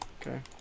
okay